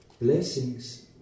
blessings